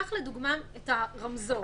ניקח לדוגמה את "הרמזור",